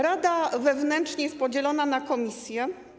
Rada wewnętrznie jest podzielona na komisje.